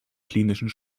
klinischen